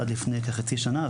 עד לפני כחצי שנה,